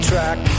Track